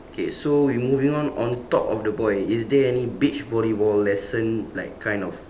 okay so we moving on on top of the boy is there any beach volleyball lesson like kind of